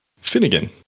Finnegan